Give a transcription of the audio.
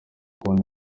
kandi